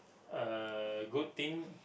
uh good thing